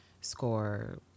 score